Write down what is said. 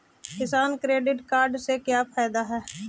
किसान credit card से का फायदा है?